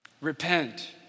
Repent